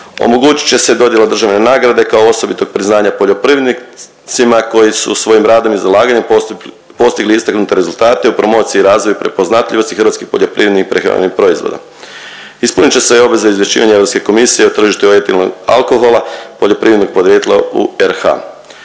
Omogućit će se dodjela državne nagrade kao osobitog priznanja poljoprivrednicima koji su svojim radom i zalaganjem postigli istaknute rezultate u promociji i razvoju, prepoznatljivosti hrvatskih poljoprivrednih i prehrambenih proizvoda. Ispunit će se i obveza izvješćivanja Europske komisije o tržištu etilnog alkohola poljoprivrednog podrijetla u RH.